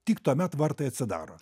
tik tuomet vartai atsidaro